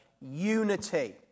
unity